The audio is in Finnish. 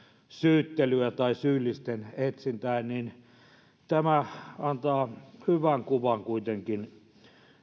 syyttelyä tai syyllisten etsintää tämä antaa hyvän kuvan kuitenkin